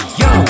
yo